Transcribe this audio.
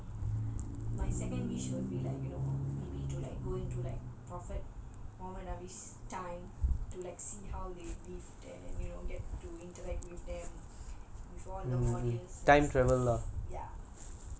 so my second wish will be like you know maybe to like go into like prophet muhammad ali's time to like see how they live then you know get to interact with them before the virus and stuff ya